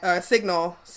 signal